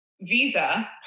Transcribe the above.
visa